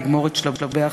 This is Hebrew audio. יגמור את שלבי החקיקה,